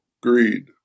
greed